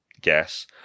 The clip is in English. guess